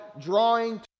drawing